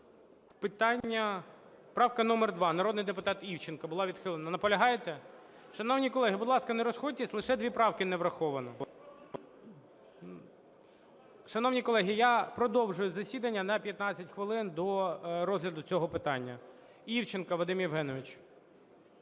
запитань. Правка номер 2, народний депутат Івченко. Була відхилена. Наполягаєте? Шановні колеги, будь ласка, не розходьтесь лише дві правки не враховано. Шановні колеги, я продовжую засідання на 15 хвилин до розгляду цього питання. Івченко Вадим Євгенович.